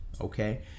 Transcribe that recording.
okay